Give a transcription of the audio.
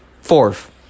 fourth